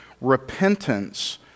repentance